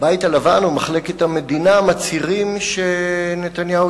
והבית הלבן ומחלקת המדינה מצהירים שנתניהו